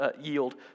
yield